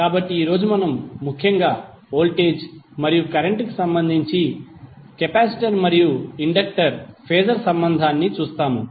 కాబట్టి ఈ రోజు మనం ముఖ్యంగా వోల్టేజ్ మరియు కరెంట్ కు సంబంధించి కెపాసిటర్ మరియు ఇండక్టర్ ఫేజర్ సంబంధాన్ని చూస్తాము